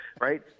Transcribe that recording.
right